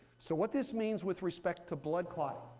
so what this means with respect to blood clotting,